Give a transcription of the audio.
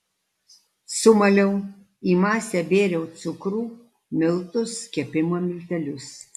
sumaliau į masę bėriau cukrų miltus kepimo miltelius